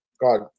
God